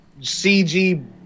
CG